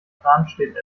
bramstedt